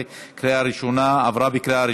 אני שמח